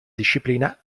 disciplina